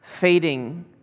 fading